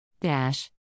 Dash